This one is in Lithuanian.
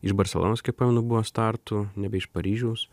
iš barselonos kiek pamenu buvo startų nebe iš paryžiaus